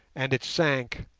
and it sank,